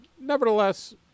nevertheless